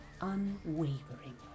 unwavering